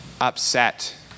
upset